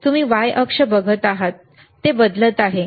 तुम्ही y अक्ष बघत आहात ते बदलत आहे